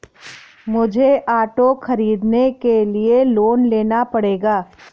मुझे ऑटो खरीदने के लिए लोन लेना पड़ेगा